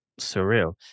surreal